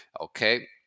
Okay